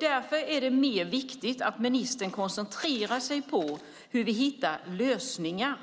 Därför är det mer viktigt att ministern koncentrerar sig på hur vi hittar lösningar